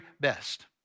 best